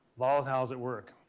volatiles at work.